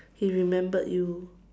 he remembered you